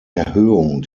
erhöhung